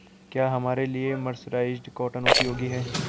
क्या हमारे लिए मर्सराइज्ड कॉटन उपयोगी है?